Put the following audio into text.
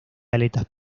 aletas